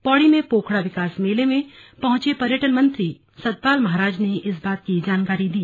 पौड़ी में पोखड़ा विकास मेले में पहुंचे पर्यटन मंत्री सतपाल महाराज ने इस बात की जानकारी दी